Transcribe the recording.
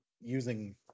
using